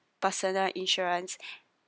personal insurance